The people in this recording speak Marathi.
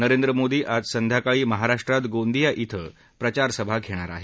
नरेंद्र मोदी आज संध्याकाळी महाराष्ट्रात गोंदिया क्वें प्रचारसभा घेणार आहेत